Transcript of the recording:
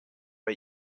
bei